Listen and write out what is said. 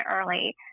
early